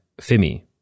fimi